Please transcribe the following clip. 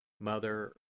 Mother